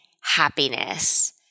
Happiness